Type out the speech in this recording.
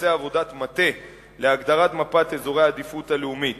לבצע עבודת מטה להגדרת מפת אזורי העדיפות הלאומית.